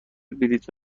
بلیط